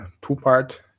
two-part